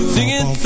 Singing